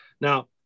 Now